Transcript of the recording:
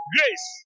Grace